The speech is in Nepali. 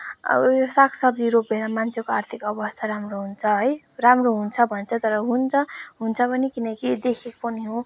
अब यो सागसब्जी रोपेर मान्छेको आर्थिक अवस्था राम्रो हुन्छ है राम्रो हुन्छ भन्छ तर हुन्छ हुन्छ पनि किनकि देखेको पनि हो